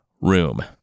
room